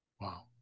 Wow